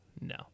no